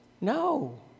No